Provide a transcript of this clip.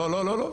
לא, לא.